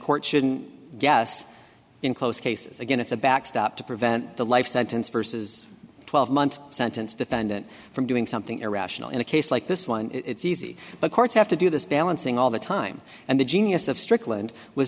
court shouldn't guess in close cases again it's a backstop to prevent the life sentence verses twelve month sentence defendant from doing something irrational in a case like this one it's easy but courts have to do this balancing all the time and the genius of strickland was